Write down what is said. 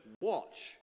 watch